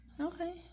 Okay